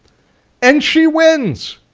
and she wins!